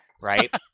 Right